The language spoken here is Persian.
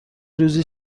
روزی